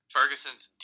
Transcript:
Ferguson's